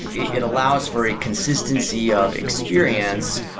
it it allows for a consistency of experience,